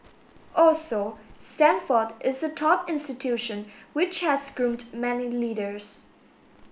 also Stanford is a top institution which has groomed many leaders